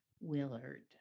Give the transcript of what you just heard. Willard